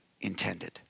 intended